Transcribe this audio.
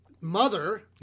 mother